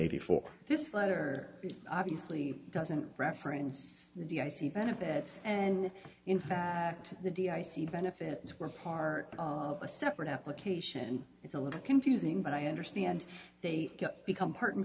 eighty four this letter obviously doesn't reference the i c benefits and in fact the d c benefits were part of a separate application and it's a little confusing but i understand they become part and